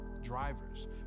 Drivers